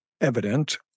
evident